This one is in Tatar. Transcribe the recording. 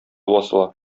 басыла